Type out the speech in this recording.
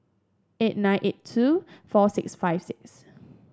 eight nine eight two four six five six